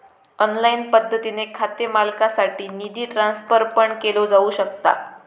online पद्धतीने खाते मालकासाठी निधी ट्रान्सफर पण केलो जाऊ शकता